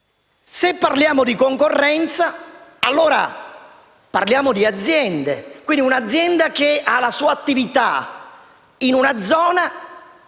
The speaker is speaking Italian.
se parliamo di concorrenza, allora parliamo di aziende. Un'azienda che ha la sua attività in una zona,